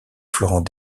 florent